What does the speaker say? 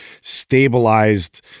stabilized